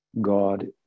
God